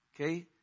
Okay